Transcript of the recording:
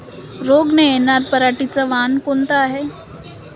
रोग न येनार पराटीचं वान कोनतं हाये?